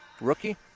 rookie